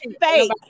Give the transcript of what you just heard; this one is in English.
fake